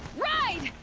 ride!